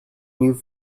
you’ve